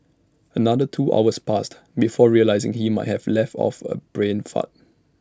another two hours passed before realising he might have let off A brain fart